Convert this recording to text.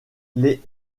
les